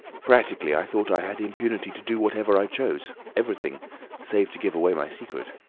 practically i thought i had impunity to do whatever i chose, everything save to give away my secret.